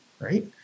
right